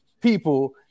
people